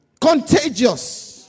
contagious